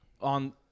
on –